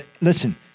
listen